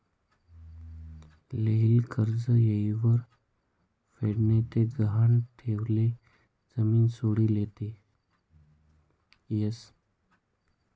लियेल कर्ज येयवर फेड ते गहाण ठियेल जमीन सोडी लेता यस